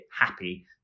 happy